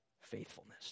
faithfulness